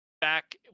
Back